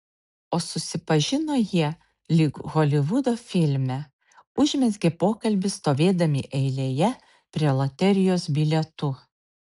o susipažino jie lyg holivudo filme užmezgė pokalbį stovėdami eilėje prie loterijos bilietų